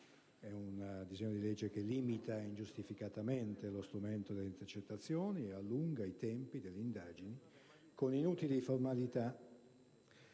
È un disegno di legge che limita ingiustificatamente lo strumento delle intercettazioni, allunga i tempi delle indagini con inutili formalità,